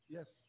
Yes